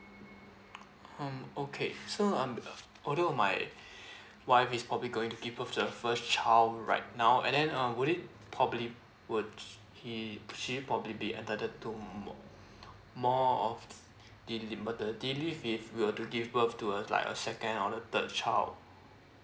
um okay so um although my wife is probably going to give birth to the first child right now and then um would it probably would he she probably be entitled two more of the maternity leave if we will to give birth to uh like a second or a third child